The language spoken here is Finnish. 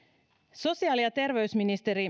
sosiaali ja terveysministeriö